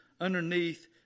underneath